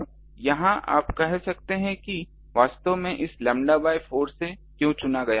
अब यहां आप कह सकते हैं कि वास्तव में इस लैम्ब्डा बाय 4 से क्यों चुना गया